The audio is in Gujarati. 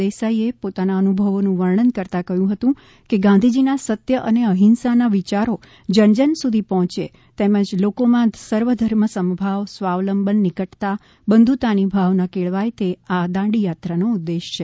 દેસાઈએ પોતાના અનુભવોનું વર્ણન કરતાં કહ્યું હતું કે ગાંધીજીના સત્ય અને અહિંસાના વિયારો જન જન સુધી પહોંચે તેમજ લોકોમાં સર્વધર્મ સમભાવ સ્વાવલંબન નિકટતા બંધુતાની ભાવના કેળવાય તે આ દાંડી યાત્રાનો ઉદ્દેશ છે